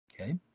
Okay